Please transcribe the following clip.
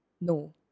no